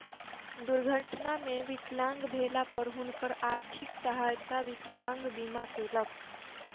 दुर्घटना मे विकलांग भेला पर हुनकर आर्थिक सहायता विकलांग बीमा केलक